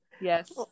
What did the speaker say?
Yes